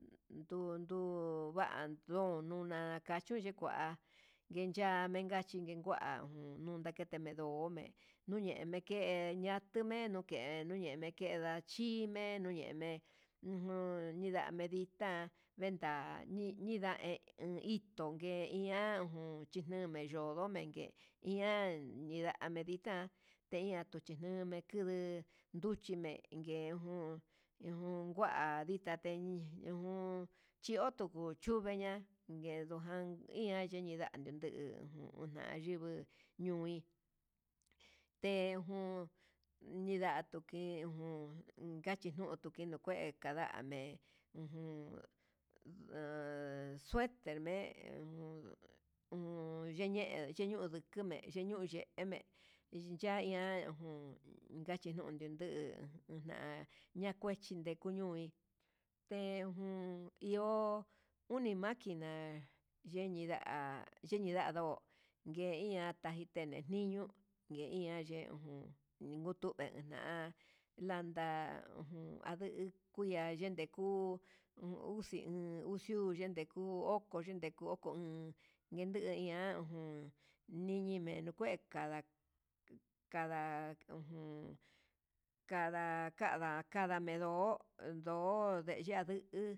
Ndu ndu van ndo nduna nakachu ku'a nguencha nguekachi nikua, ujub ndakete nee ndume'e ñueñe ke'e yatumenu ke, kenuyeme keda'a xhi yenuu yeme'e ujunñindame nditá yenda ñida hé hito ngue ian uun chineyondo ndengue ian yename nditan teña'a kuchi ña'a mejun nduu nduchimengue jun ujun ngua dita ndeji ujun chio tuku chuveña'a ngueungan ian yiname yuu ujan yunguu ño'í, tenuu ndinga tukei kachinuu tuke nuu kué kandame ujun ha sueter ne'e jun yene yeñiu ondu kume yeñuu ye'eme yiya ian ujun, ngayuu niundu eña yakuachi ndekuu ñui te ujun iho uni maquina yeninda yenida ndó ngue iha tejitene niñu ngue iha ye'e ujun ninguntuu ena'a kanda ujun anduu ya yende ku'u uu uxi uu, xui uu yende kuu oko yende oko o'on, yende iha uun niñi me nuu kue kada kanda ujun kada kada kadamendó nde ya'a ndu'u.